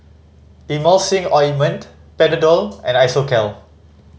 Emulsying Ointment Panadol and Isocal